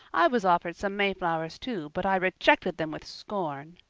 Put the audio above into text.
i was offered some mayflowers too, but i rejected them with scorn.